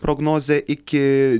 prognozę iki